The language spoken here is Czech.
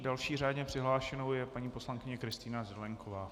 Další řádně přihlášenou je paní poslankyně Kristýna Zelienková.